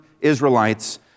Israelites